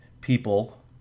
people